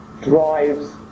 drives